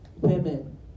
women